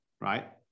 Right